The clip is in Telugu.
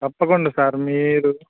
తప్పకుండ సార్ మీరు